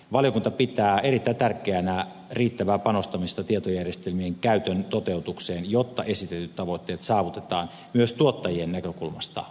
valiokunta pitää erittäin tärkeänä riittävää panostamista tietojärjestelmien käytännön toteutukseen jotta esitetyt tavoitteet saavutetaan myös tuottajien näkökulmasta arvioituna